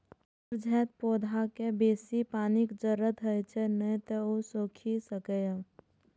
मुरझाइत पौधाकें बेसी पानिक जरूरत होइ छै, नै तं ओ सूखि सकैए